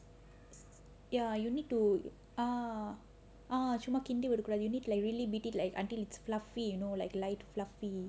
ya you need to ah ah சும்மா கிண்டி விடக்கூடாது:summa kindi vidakkoodaathu you know really like beat it until it's fluffy you know like light fluffy